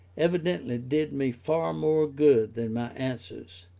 evidently did me far more good than my answers,